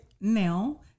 now